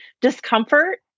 Discomfort